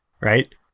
right